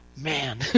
man